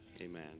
Amen